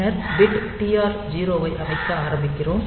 பின்னர் bit TR0 ஐ அமைக்க ஆரம்பிக்கிறோம்